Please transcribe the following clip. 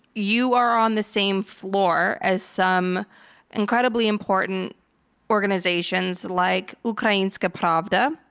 you are on the same floor as some incredibly important organizations like ukrayinska pravda,